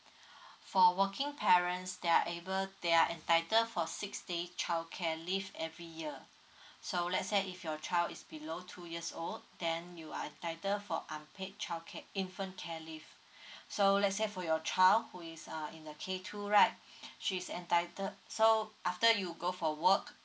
for working parents they are able they are entitle for six days childcare leave every year so let's say if your child is below two years old then you are entitled for unpaid childcare infant care leave so let's say for your child who is uh in the k two right she's entitle so after you go for work